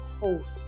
host